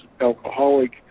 alcoholic